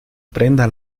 aprenda